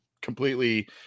completely